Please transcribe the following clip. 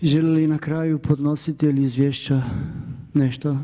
Želi li na kraju podnositelj izvješća nešto?